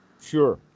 Sure